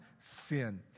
sin